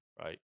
right